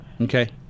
Okay